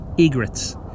egrets